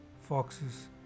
foxes